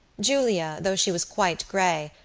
julia, though she was quite grey,